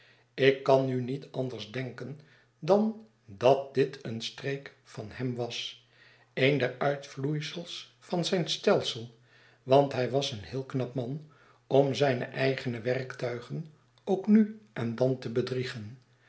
ik kan nu niet anders denken dan dat dit een streek van hem was een der uitvloeisels van zijn stelsel want hij was een heel knap man om zijne eigene werktuigen ook nu en dan te bedriegen